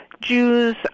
Jews